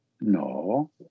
no